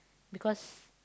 because